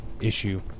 issue